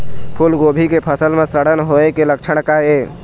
फूलगोभी के फसल म सड़न होय के लक्षण का ये?